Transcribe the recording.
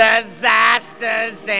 Disasters